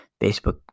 Facebook